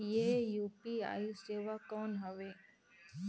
ये यू.पी.आई सेवा कौन हवे?